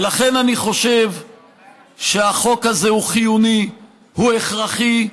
ולכן אני חושב שהחוק הזה הוא חיוני, הוא הכרחי,